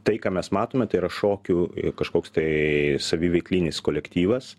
tai ką mes matome tai yra šokių kažkoks tai saviveiklinis kolektyvas